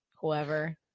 whoever